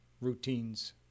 routines